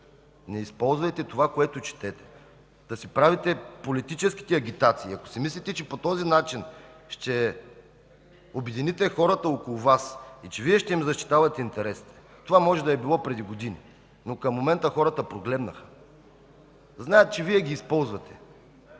не използвайте това, което четете, да си правите политическите агитации! Ако си мислите, че по този начин ще обедините хората около Вас и че ще им защитавате интересите... това може да е било преди години, но към момента хората прогледнаха. Знаят, че Вие ги използвате.